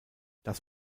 das